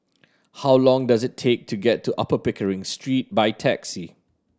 how long does it take to get to Upper Pickering Street by taxi